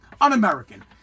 Un-American